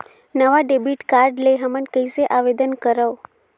नवा debit card ले हमन कइसे आवेदन करंव?